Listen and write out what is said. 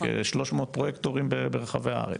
300 פרויקטורים ברחבי הארץ.